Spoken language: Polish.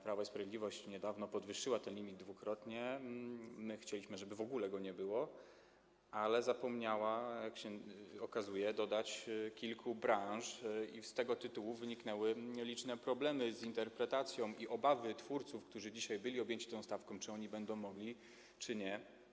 Prawo i Sprawiedliwość niedawno podwyższyło ten limit dwukrotnie - my chcieliśmy, żeby w ogóle go nie było - ale zapomniało, jak się okazuje, dodać kilku branż i z tego tytułu wyniknęły liczne problemy z interpretacją i obawy twórców, którzy dzisiaj byli objęci tą stawką, czy oni będą mogli, czy nie.